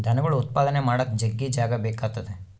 ದನಗುಳ್ ಉತ್ಪಾದನೆ ಮಾಡಾಕ ಜಗ್ಗಿ ಜಾಗ ಬೇಕಾತತೆ